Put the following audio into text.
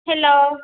hello